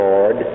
Lord